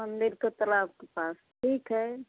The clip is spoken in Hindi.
मंदिर के तालाब के पास ठीक है